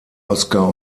oscar